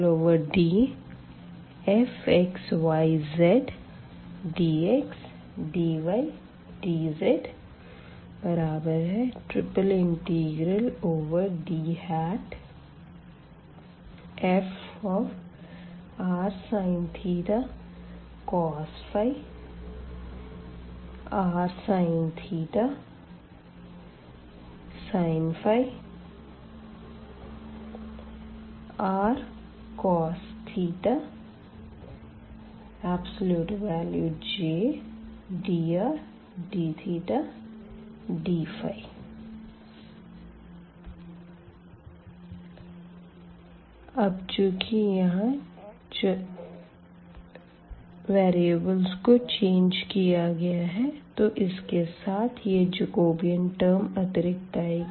DfxyzdxdydzDfrsin cos rsin sin rcos Jdrdθdϕ अब चूँकि यहाँ वेरिएबल्स को चेंज किया गया है तो इसके साथ यह जकोबियन टर्म अतिरिक्त आएगी